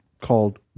called